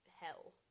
hell